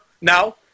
now